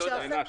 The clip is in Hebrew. תודה.